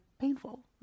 painful